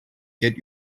get